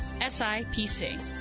SIPC